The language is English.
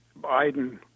Biden